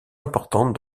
importante